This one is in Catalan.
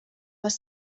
les